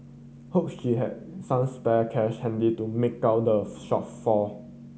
hope she had some spare cash handy to make out the shortfall